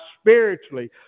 spiritually